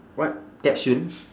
what capsule